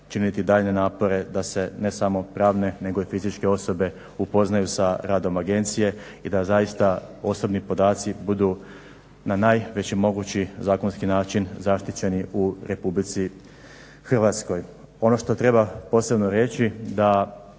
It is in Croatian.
činiti daljnje napore da se ne samo pravno nego i fizičke osobe upoznaju sa radom agencije i da zaista osobni podaci budu na najveći mogući zakonski način zaštićeni u RH. Ono što treba posebno reći da